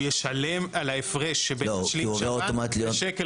הוא ישלם על ההפרש שבין משלים שב"ן לשקל